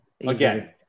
again